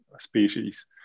species